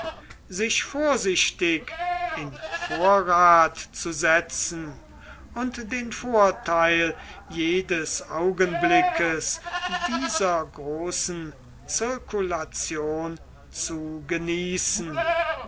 sich vorsichtig in vorrat zu setzen und den vorteil jedes augenblickes dieser großen zirkulation zu genießen